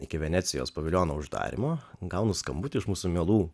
iki venecijos paviljono uždarymo gaunu skambutį iš mūsų mielų